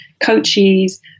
coaches